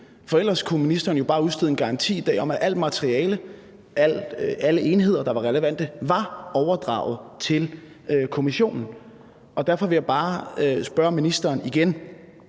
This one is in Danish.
for ellers kunne ministeren jo bare udstede en garanti i dag om, at alt materiale, alle enheder, der var relevante, var overdraget til kommissionen. Derfor vil jeg bare spørge ministeren igen: